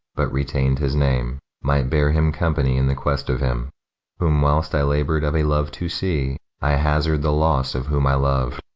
but retain'd his name might bear him company in the quest of him whom whilst i laboured of a love to see, i hazarded the loss of whom i lov'd.